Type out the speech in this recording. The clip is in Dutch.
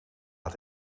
het